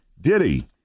Diddy